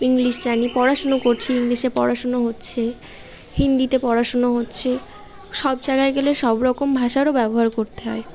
English জানি পড়াশুনো করছি ইংলিশে পড়াশুনো হচ্ছে হিন্দিতে পড়াশুনো হচ্ছে সব জাগায় গেলে সব রকম ভাষারও ব্যবহার করতে হয়